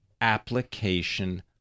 application